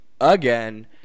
again